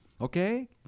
Okay